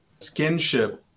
Skinship